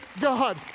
God